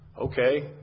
okay